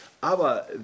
Aber